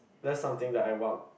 that's something that I want